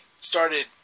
started